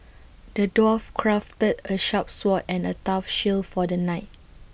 the dwarf crafted A sharp sword and A tough shield for the knight